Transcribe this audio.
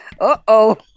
Uh-oh